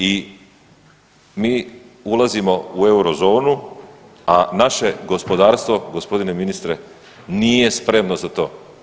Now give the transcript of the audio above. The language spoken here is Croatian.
I mi ulazimo u euro zonu, a naše gospodarstvo gospodine ministre nije spremno za to.